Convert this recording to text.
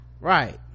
right